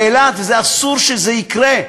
לאילת, ואסור שזה יקרה.